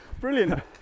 brilliant